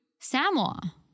Samoa